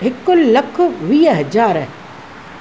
हिकु लखु वीह हज़ार